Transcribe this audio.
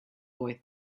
boy